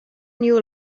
knew